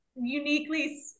uniquely